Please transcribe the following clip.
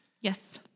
Yes